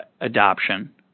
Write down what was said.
adoption